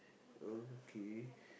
okay